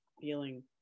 feeling